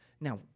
Now